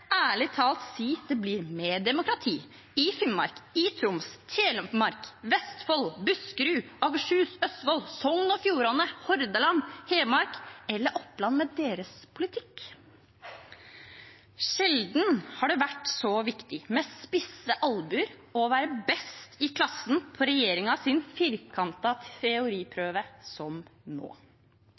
ærlig si at det blir mer demokrati i Finnmark, i Troms, i Telemark, i Vestfold, i Buskerud, i Akershus, i Østfold, i Sogn og Fjordane, i Hordaland, i Hedmark eller i Oppland med deres politikk? Sjelden har det vært så viktig med spisse albuer og å være best i klassen på regjeringens firkantete teoriprøve som nå.